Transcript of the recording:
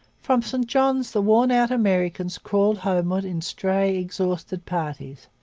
from st johns the worn-out americans crawled homewards in stray, exhausted parties,